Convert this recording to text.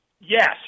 Yes